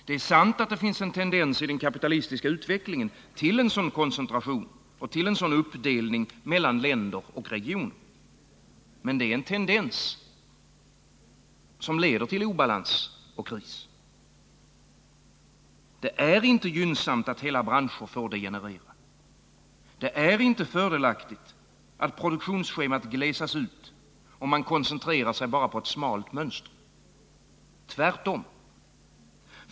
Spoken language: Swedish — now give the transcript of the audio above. Det är sant att det finns en tendens i den kapitalistiska utvecklingen till en sådan koncentration och en sådan uppdelning mellan länder och regioner. Men det är en tendens som leder till obalans och kris. Det är inte gynnsamt att hela branscher får degenerera. Det är inte fördelaktigt att produktionsschemat glesas ut och att man koncentrerar sig bara på ett smalt mönster. Tvärtom.